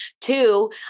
Two